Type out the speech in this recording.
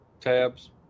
tabs